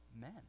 men